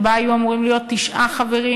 שלפיה היו אמורים להיות בה תשעה חברים,